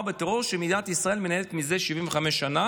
בטרור שמדינת ישראל מנהלת זה 75 שנה?